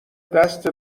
دست